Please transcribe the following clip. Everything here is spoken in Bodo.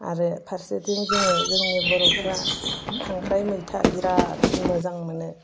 आरो फारसेथिं जोङो जोंनि बर'फोरा खांख्राइ मैथा बिराद मोजां मोनो